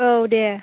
औ दे